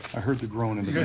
i heard the groan in